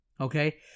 Okay